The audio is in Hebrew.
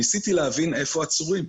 ניסיתי להבין איפה העצורים.